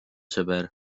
sõber